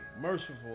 merciful